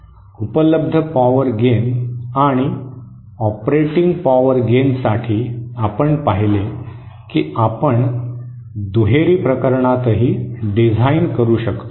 उपलब्ध power gain आणि operating power गेनसाठी आपण पाहिले की आपण दुहेरी प्रकरणातही डिझाइन करू शकतो